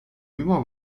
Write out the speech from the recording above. mimo